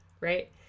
right